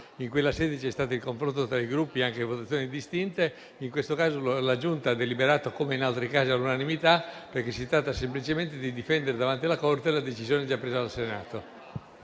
nella quale c'è stato il confronto tra i Gruppi, anche con votazioni distinte. In questo caso la Giunta ha deliberato, come in altri casi, all'unanimità, perché si tratta semplicemente di difendere davanti alla Corte la decisione già presa dal Senato.